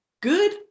good